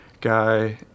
guy